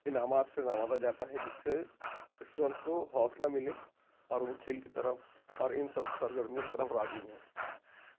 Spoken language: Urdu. انعامات سے نوازا جاتا ہے جس سے اسٹوڈینٹس کو حوصلہ ملے اور وہ کھیل کی طرف اور ان سب سرگرمیوں کی طرف راغب ہوں